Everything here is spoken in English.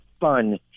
fun